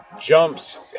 jumps